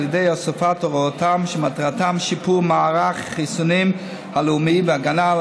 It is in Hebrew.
על ידי הוספת הוראות שמטרתן שיפור מערך החיסונים הלאומי והגנה על